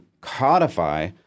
codify